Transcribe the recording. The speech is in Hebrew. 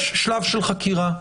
יש שלב של חקירה,